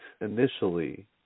initially